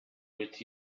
with